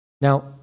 Now